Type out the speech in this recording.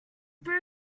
beer